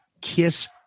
kiss